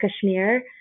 Kashmir